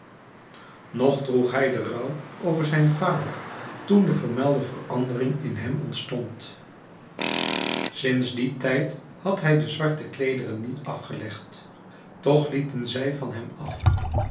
nog droeg hij rouw over zijn vader toen de vermelde verandering in hem ontstond sinds dien tijd had hij de zwarte kleederen niet afgelegd toch lieten zij van hem af